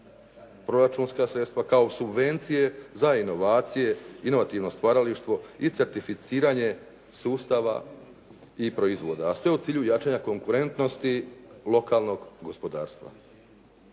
proračunska sredstva kao subvencije za inovacije, inovativno stvaralaštvo i certificiranje sustava i proizvoda a sve u cilju jačanja konkurentnosti lokalnog gospodarstva.